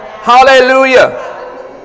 Hallelujah